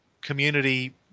community